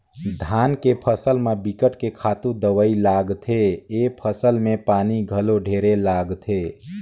धान के फसल म बिकट के खातू दवई लागथे, ए फसल में पानी घलो ढेरे लागथे